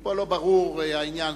פה לא ברור העניין.